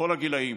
בכל הגילאים,